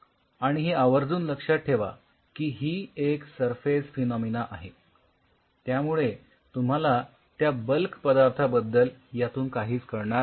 आणि हे आवर्जून लक्षात ठेवा की ही एक सरफेस फेनॉमिना आहे त्यामुळे तुम्हाला त्या बल्क पदार्थाबद्दल यातून काहीच कळणार नाही